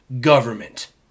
government